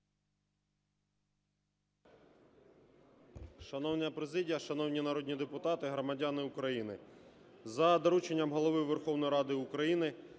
Дякую.